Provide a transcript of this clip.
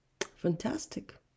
fantastic